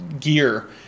gear